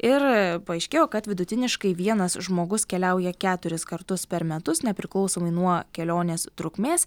ir paaiškėjo kad vidutiniškai vienas žmogus keliauja keturis kartus per metus nepriklausomai nuo kelionės trukmės